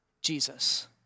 Jesus